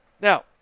Now